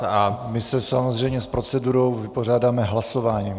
My se samozřejmě s procedurou vypořádáme hlasováním.